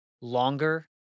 longer